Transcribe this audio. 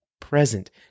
present